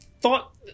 thought